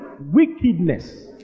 wickedness